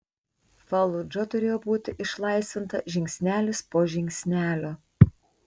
faludža turėjo būti išlaisvinta žingsnelis po žingsnelio